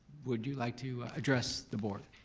would you like to address the board?